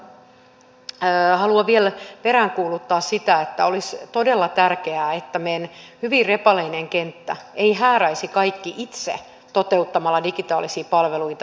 näissä toteuttamisvaihtoehdoissa haluan vielä peräänkuuluttaa sitä että olisi todella tärkeää että meidän hyvin repaleisella kentällämme eivät hääräisi kaikki itse toteuttamalla digitaalisia palveluita